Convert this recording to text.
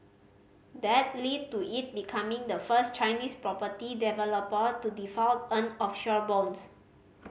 that lead to it becoming the first Chinese property developer to default on offshore bonds